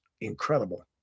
incredible